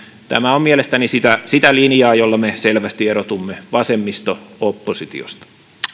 tämä on mielestäni sitä sitä linjaa jolla me selvästi erotumme vasemmisto oppositiosta